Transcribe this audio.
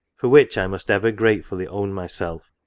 for which i must ever gratefully own myself.